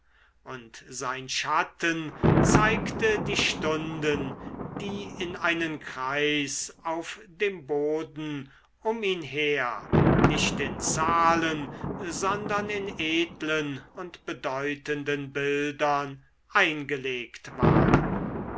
und sein schatten zeigte die stunden die in einen kreis auf dem boden um ihn her nicht in zahlen sondern in edlen und bedeutenden bildern eingelegt waren